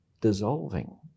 dissolving